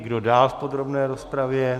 Kdo dál v podrobné rozpravě?